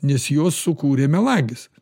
nes juos sukūrė melagis